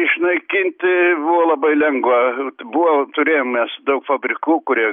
išnaikint buvo labai lengva buvo turėjom mes daug fabrikų kurie